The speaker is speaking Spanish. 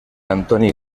antoni